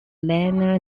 lena